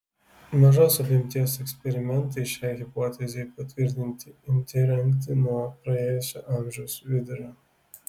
mažos apimties eksperimentai šiai hipotezei patvirtinti imti rengti nuo praėjusio amžiaus vidurio